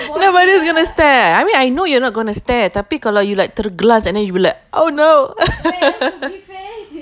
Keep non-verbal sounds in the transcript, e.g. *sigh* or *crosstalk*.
nobody's going to stare I mean I know you're not gonna stare kalau like terglare and then you like oh no *laughs*